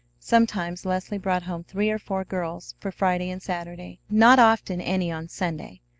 sometimes leslie brought home three or four girls for friday and saturday, not often any on sunday,